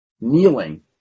kneeling